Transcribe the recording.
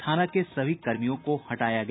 थाना के सभी कर्मियों को हटाया गया